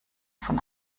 von